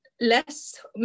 less